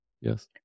yes